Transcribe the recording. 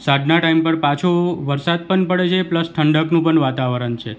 સાંજના ટાઈમ પર પાછું વરસાદ પણ પડે છે પ્લસ ઠંડકનું પણ વાતાવરણ છે